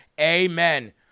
Amen